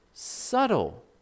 Subtle